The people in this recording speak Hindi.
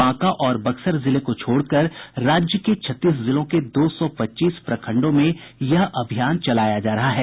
बांका और बक्सर जिले को छोड़कर राज्य के छत्तीस जिलों के दो सौ पच्चीस प्रखंडों में यह अभियान चलाया जा रहा है